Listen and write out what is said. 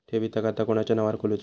ठेवीचा खाता कोणाच्या नावार खोलूचा?